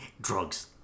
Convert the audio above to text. drugs